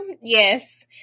Yes